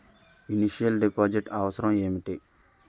Initial deposit అవసరం ఏమిటి?